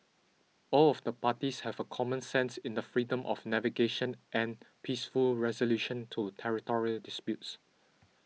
all of the parties have a common sense in the freedom of navigation and peaceful resolution to territory disputes